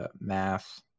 math